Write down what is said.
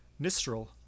Nistral